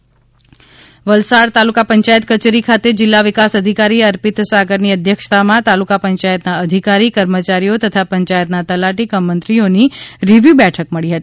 વલસાડ બેઠક વલસાડ તાલુકા પંચાયત કચેરી ખાતે જિલ્લા વિકાસ અધિકારી અર્પિત સાગરની અધ્યસક્ષતામાં તાલુકા પંચાયતના અધિકારી કર્મયારીઓ તથા પંચાયતના તલાટી કમ મંત્રીઓની રીવ્યત બેઠક મળી હતી